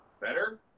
Better